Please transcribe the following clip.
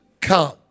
come